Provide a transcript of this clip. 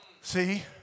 See